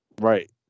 Right